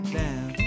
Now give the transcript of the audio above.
down